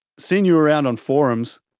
seen you around on forums.